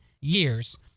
years